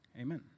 Amen